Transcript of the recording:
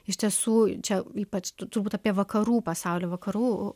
iš tiesų čia ypač tu turbūt apie vakarų pasaulį vakarų